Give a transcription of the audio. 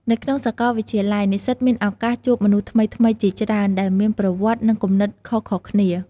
នៅក្នុងសាកលវិទ្យាល័យ និស្សិតមានឱកាសជួបមនុស្សថ្មីៗជាច្រើនដែលមានប្រវត្តិនិងគំនិតខុសៗគ្នា។